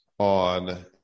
On